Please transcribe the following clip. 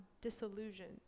disillusioned